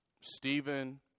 Stephen